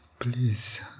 Please